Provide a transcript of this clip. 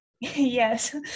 Yes